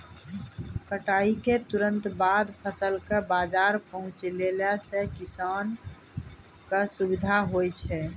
कटाई क तुरंत बाद फसल कॅ बाजार पहुंचैला सें किसान कॅ सुविधा होय छै